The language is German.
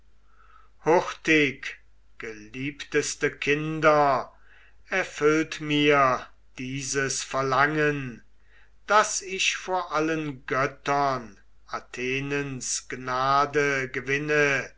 hurtig geliebteste kinder erfüllt mir dieses verlangen daß ich vor allen göttern athenens gnade gewinne